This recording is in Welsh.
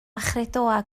chredoau